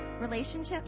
relationships